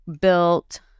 built